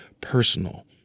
personal